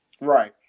Right